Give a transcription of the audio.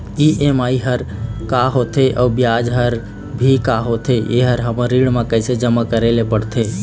EMI हर का होथे अऊ ब्याज हर भी का होथे ये हर हमर ऋण मा कैसे जमा करे ले पड़ते?